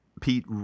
Pete